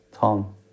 Tom